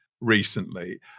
recently